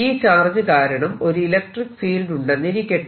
ഈ ചാർജ് കാരണം ഒരു ഇലക്ട്രിക്ക് ഫീൽഡ് ഉണ്ടെന്നിരിക്കട്ടെ